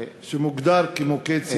שמוגדר כמוקד סיכון,